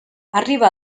arriba